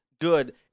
good